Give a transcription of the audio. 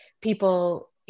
people